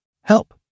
Help